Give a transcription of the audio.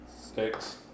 Sticks